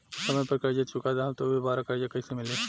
समय पर कर्जा चुका दहम त दुबाराकर्जा कइसे मिली?